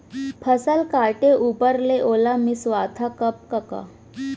फसल काटे ऊपर ले ओला मिंसवाथा कब कका?